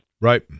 Right